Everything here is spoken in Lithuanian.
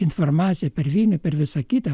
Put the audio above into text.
informaciją per vilnių per visa kita